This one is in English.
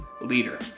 leader